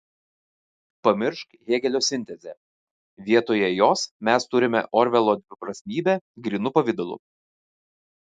pamiršk hėgelio sintezę vietoje jos mes turime orvelo dviprasmybę grynu pavidalu